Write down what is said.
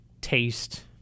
taste